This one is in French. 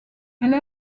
elle